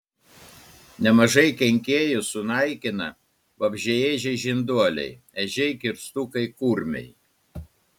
nemažai kenkėjų sunaikina vabzdžiaėdžiai žinduoliai ežiai kirstukai kurmiai